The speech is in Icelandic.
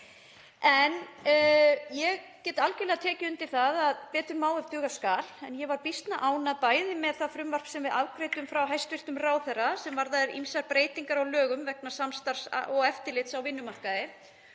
Ég get algerlega tekið undir það að betur má ef duga skal. En ég var býsna ánægð með það frumvarp sem við afgreiddum frá hæstv. ráðherra, sem varðar ýmsar breytingar á lögum vegna samstarfs og eftirlits á vinnumarkaði.